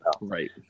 Right